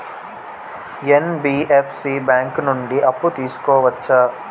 NBFC bank నుండి అప్పు తీసుకోవచ్చా?